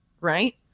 right